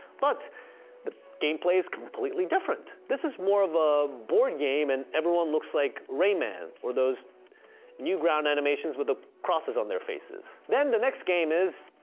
but the gameplay is completely different, this is more of a board game and everyone looks like rayman, or those newground animations with the crosses on their faces, then the next game is,